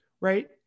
right